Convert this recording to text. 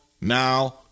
now